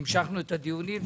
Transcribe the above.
והמשכנו את הדיונים.